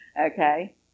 Okay